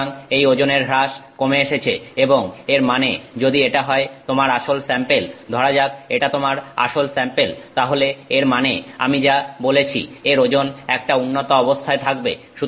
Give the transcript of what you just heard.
সুতরাং এই ওজনের হ্রাস কমে এসেছে এবং এর মানে যদি এটা হয় তোমার আসল স্যাম্পেল ধরা যাক এটা তোমার আসল স্যাম্পেল তাহলে এর মানে আমি যা বলেছি এর ওজন একটা উন্নত অবস্থায় থাকবে